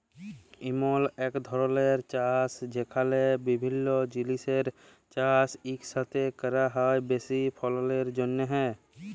ইমল ইক ধরলের চাষ যেখালে বিভিল্য জিলিসের চাষ ইকসাথে ক্যরা হ্যয় বেশি ফললের জ্যনহে